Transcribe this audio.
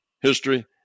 history